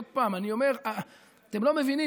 אני אומר שוב: אתם לא מבינים.